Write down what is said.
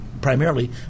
primarily